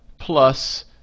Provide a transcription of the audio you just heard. plus